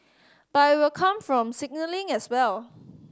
but it will come from signalling as well